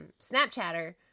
Snapchatter